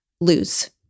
lose